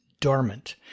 dormant